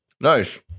nice